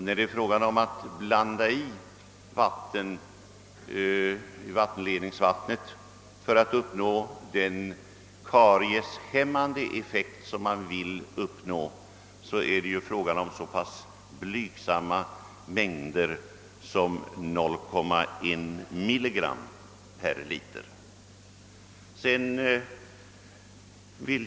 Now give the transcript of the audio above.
När man blandar fluor i vattenledningsvattnet för att få den karieshämmande effekt som man vill uppnå, är det ju fråga om en så blygsam mängd som 1,0 mg per liter.